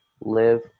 live